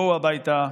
בואו הביתה.